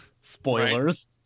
Spoilers